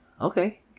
okay